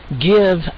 Give